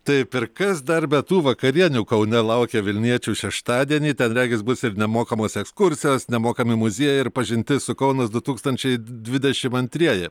taip ir kas dar be tų vakarienių kaune laukia vilniečių šeštadienį ten regis bus ir nemokamos ekskursijos nemokami muziejai ir pažintis su kaunas du tūkstančiai dvidešim antrieji